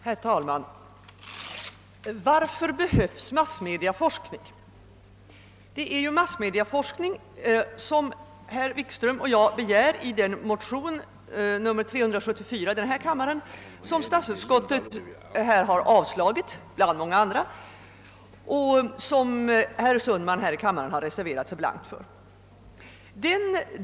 Herr talman! Varför behövs massmediaforskning? Det är ju sådan forskning som herr Wikström och jag begärt i motionsparet I: 344 och II: 374, vilken motion bland många andra avstyrkts av statsutskottet och för vilken herr Sundman avlämnat en blank reservation.